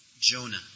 Jonah